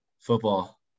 Football